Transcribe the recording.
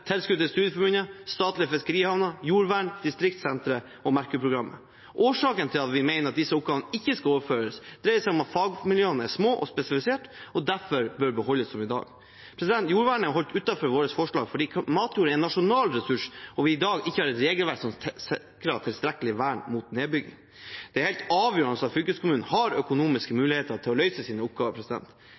tilskudd til studieforbund, statlige fiskerihavner, jordvern, Distriktssenteret og Merkur-programmet. Årsakene til at vi mener at disse oppgavene ikke skal overføres, er at fagmiljøene er små og spesialiserte, og derfor bør de beholdes som i dag. Jordvernet er holdt utenfor vårt forslag fordi matjord er en nasjonal ressurs, og fordi vi i dag ikke har et regelverk som sikrer tilstrekkelig vern mot nedbygging. Det er helt avgjørende at fylkeskommunene har økonomiske muligheter til å løse sine oppgaver.